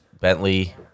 Bentley